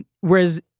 Whereas